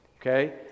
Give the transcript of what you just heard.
okay